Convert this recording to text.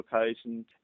location